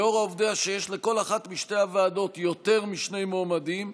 לאור העובדה שיש לכל אחת משתי הוועדות יותר משני מועמדים,